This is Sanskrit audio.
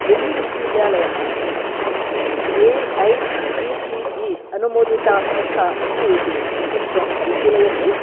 दिल्लीविश्वविद्यालयः A I C T E अनुमोदिता संस्था अस्ति इति किं त्वं परिशीलयसि